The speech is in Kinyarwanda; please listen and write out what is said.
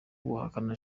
guhakana